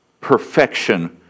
perfection